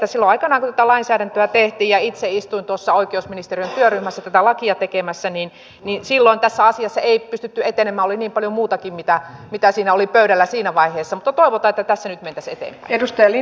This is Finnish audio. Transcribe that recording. aikanaan kun tätä lainsäädäntöä tehtiin ja itse istuin tuossa oikeusministeriön työryhmässä tätä lakia tekemässä silloin tässä asiassa ei pystytty etenemään oli niin paljon muutakin mitä oli pöydällä siinä vaiheessa mutta toivotaan että tässä nyt mentäisiin eteenpäin